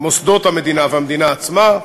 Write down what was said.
מוסדות המדינה והמדינה עצמה,